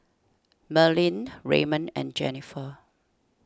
Merlyn Raymon and Jenifer